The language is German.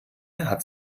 hat